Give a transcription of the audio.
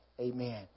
Amen